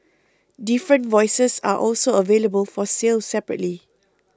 different voices are also available for sale separately